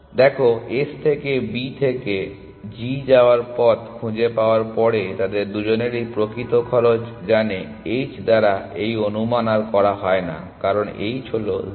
দেখো S থেকে B থেকে g যাওয়ার পথ খুঁজে পাওয়ার পরে তাদের দুজনেই প্রকৃত খরচ জানে h দ্বারা এই অনুমান আর করা হয় না কারণ h হল 0